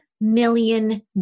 million